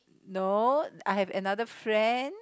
no I have another friend